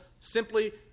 simply